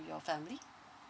your family